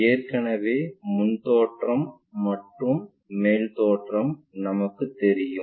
ஏற்கனவே முன் தோற்றம் மற்றும் மேல் தோற்றம் நமக்குத் தெரியும்